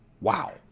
wow